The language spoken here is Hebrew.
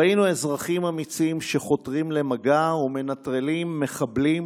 ראינו אזרחים אמיצים שחותרים למגע ומנטרלים מחבלים,